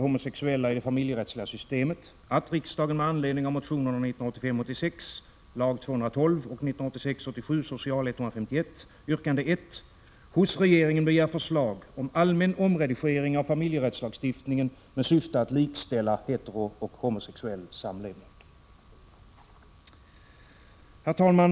Det lyder som följer: hos regeringen begär förslag om allmän omredigering av familjerättslagstiftningen med syfte att likställa heterooch homosexuell samlevnad. Herr talman!